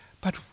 But